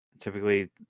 typically